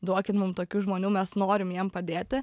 duokit mum tokių žmonių mes norim jiem padėti